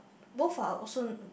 both are also